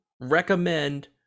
recommend